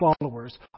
followers